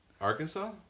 Arkansas